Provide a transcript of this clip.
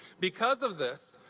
because of this,